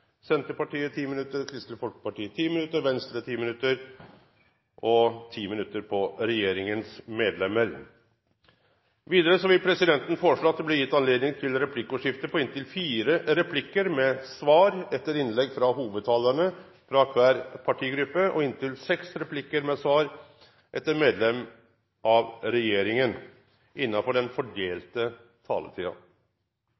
Senterpartiet 5 minutter, Kristelig Folkeparti 5 minutter, Venstre 5 minutter og medlemmer av Regjeringen 5 minutter hver. Videre vil presidenten foreslå at det i begge debattene blir gitt anledning til replikkordskifte på inntil tre replikker med svar etter innlegg fra hovedtalerne fra hver partigruppe og inntil seks replikker med svar fra medlemmer av Regjeringen innenfor den